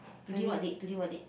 today what date today what date